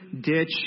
ditch